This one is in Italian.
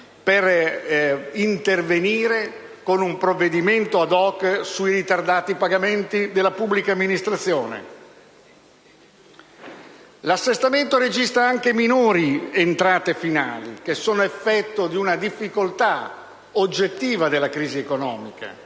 per intervenire con un provvedimento *ad hoc* sui ritardati pagamenti della pubblica amministrazione. L'assestamento registra anche minori entrate finali, che sono effetto di una difficoltà oggettiva nel quadro della crisi economica: